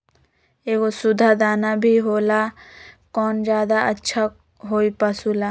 एगो सुधा दाना भी होला कौन ज्यादा अच्छा होई पशु ला?